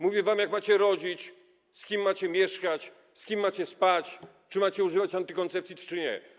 Mówi wam, jak macie rodzić, z kim macie mieszkać, z kim macie spać, czy macie używać antykoncepcji czy nie.